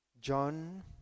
John